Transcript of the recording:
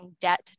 debt